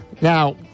Now